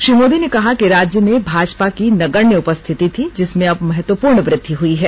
श्री मोदी ने कहा कि राज्य में भाजपा की नगण्य उपस्थिति थी जिसमें अब महत्वपूर्ण वृद्वि हुई है